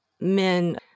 men